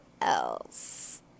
else